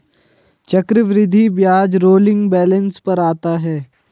चक्रवृद्धि ब्याज rolling balance पर आता है